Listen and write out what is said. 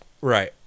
Right